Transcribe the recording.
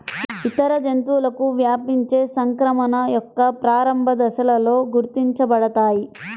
ఇతర జంతువులకు వ్యాపించే సంక్రమణ యొక్క ప్రారంభ దశలలో గుర్తించబడతాయి